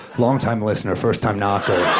long-time listener, first-time knocker.